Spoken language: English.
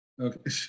okay